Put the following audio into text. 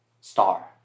star